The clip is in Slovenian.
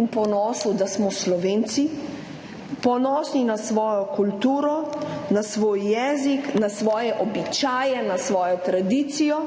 in ponosu, da smo Slovenci ponosni na svojo kulturo, na svoj jezik, na svoje običaje, na svojo tradicijo.